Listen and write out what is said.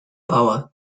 power